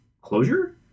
closure